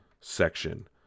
section